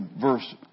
verse